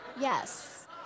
yes